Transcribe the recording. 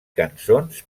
cançons